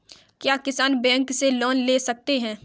क्या किसान बैंक से लोन ले सकते हैं?